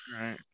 right